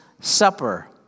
Supper